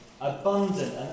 abundant